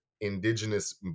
indigenous